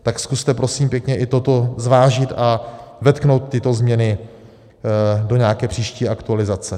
Tak zkuste prosím pěkně i toto zvážit a vetknout tyto změny do nějaké příští aktualizace.